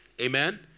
amen